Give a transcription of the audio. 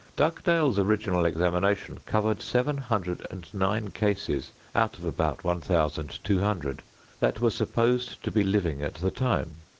dugdale's original examination covered seven hundred and nine cases out of about one thousand two hundred that were supposed to be living at the time.